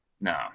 No